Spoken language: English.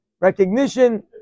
recognition